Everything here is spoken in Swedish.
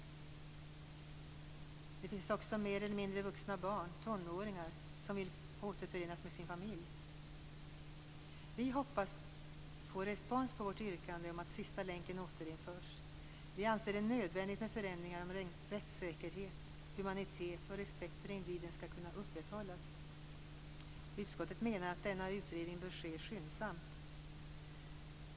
Det finns också mer eller mindre vuxna barn och tonåringar som vill återförenas med sin familj. Vi hoppas att vi får respons på vårt yrkande att sista länken återinförs. Vi anser det nödvändigt med förändringar om rättssäkerhet, humanitet och respekt för individen skall kunna upprätthållas. Utskottet menar att denna utredning bör ske skyndsamt.